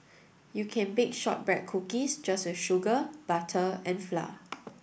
you can bake shortbread cookies just with sugar butter and flour